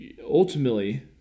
ultimately